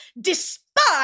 despise